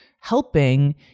helping